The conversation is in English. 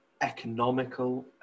economical